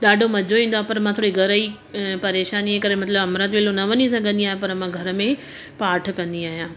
ॾाढो मज़ो ईंदो आहे पर मां थोरी घर जी परेशानी जे करे मतिलबु अमृतवेलो न वञी सघंदी आहियां पर मां घर में पाठ कंदी आहियां